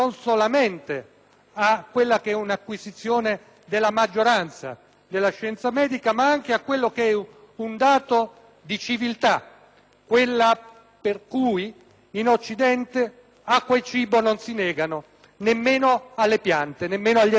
a quella che è un'acquisizione della maggioranza della scienza medica, ma anche a un dato di civiltà, in rispetto del quale in Occidente acqua e cibo non si negano nemmeno alle piante o ad altri esseri vegetali.